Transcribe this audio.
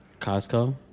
Costco